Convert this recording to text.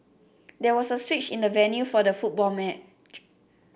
there was a switch in the venue for the football match